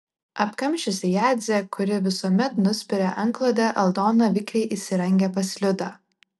apkamšiusi jadzę kuri visuomet nuspiria antklodę aldona vikriai įsirangę pas liudą